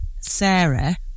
Sarah